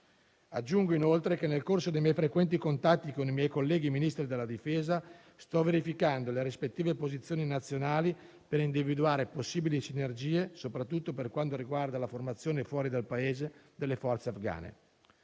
Aggiungo, inoltre, che, nel corso dei miei frequenti contatti con i colleghi Ministri della difesa, sto verificando le rispettive posizioni nazionali per individuare possibili sinergie, soprattutto per quanto riguarda la formazione fuori dal Paese delle forze afgane.